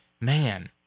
man